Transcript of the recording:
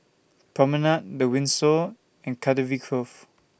Promenade The Windsor and Cardifi Grove